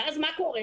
ואז מה קורה?